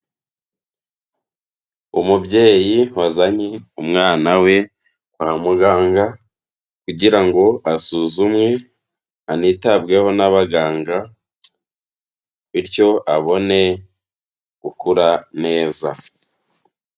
Umubyeyi wazanye umwana we kwa muganga kugira ngo asuzumwe anitabweho n'abaganga bityo abone gukura neza.